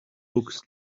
books